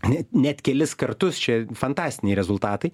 net net kelis kartus čia fantastiniai rezultatai